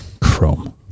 chrome